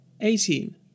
eighteen